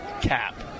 cap